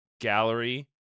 gallery